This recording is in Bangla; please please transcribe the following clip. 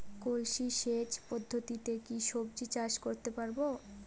কলসি সেচ পদ্ধতিতে কি সবজি চাষ করতে পারব?